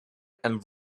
and